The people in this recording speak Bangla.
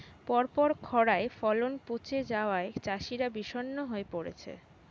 পরপর খড়ায় ফলন পচে যাওয়ায় চাষিরা বিষণ্ণ হয়ে পরেছে